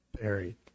buried